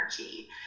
energy